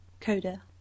Coda